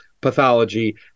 pathology